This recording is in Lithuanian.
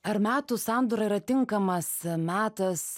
ar metų sandūra yra tinkamas metas